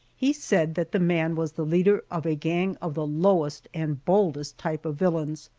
he said that the man was the leader of a gang of the lowest and boldest type of villains,